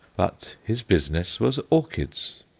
but his business was orchids.